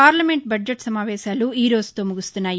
parliament budget నమావేశాలు ఈ రోజుతో ముగున్తున్నాయి